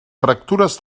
fractures